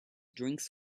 drinks